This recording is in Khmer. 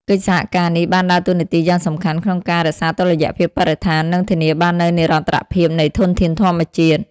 កិច្ចសហការនេះបានដើរតួនាទីយ៉ាងសំខាន់ក្នុងការរក្សាតុល្យភាពបរិស្ថាន និងធានាបាននូវនិរន្តរភាពនៃធនធានធម្មជាតិ។